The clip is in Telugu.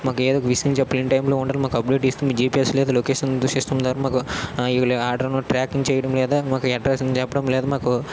మాకు ఏదో ఒక విషయం చెప్పి ఇన్టైమ్లో ఉండాలి మాకు అప్డేట్ ఇస్తూ జిపిఎస్ లేదా లొకేషన్ సిస్టమ్ ద్వారా మాకు ఆర్డర్ను ట్రాకింగ్ చేయడం లేదా మాకు ఎడ్రెస్ను చెప్పడం లేదా మాకు